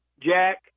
Jack